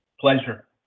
Pleasure